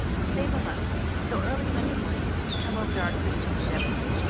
save em up till early monday morning, and come over to our christian endeavor meeting.